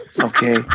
Okay